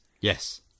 Yes